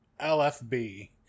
LFB